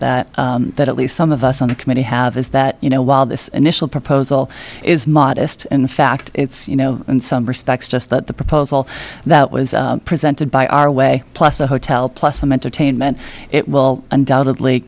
that that at least some of us on the committee have is that you know while this initial proposal is modest in fact it's you know in some respects just that the proposal that was presented by our way plus a hotel plus some entertainment it will undoubtedly